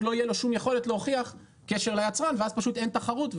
לא תהיה לו שום יכולת להוכיח קשר ליצרן ואז פשוט אין תחרות.